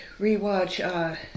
rewatch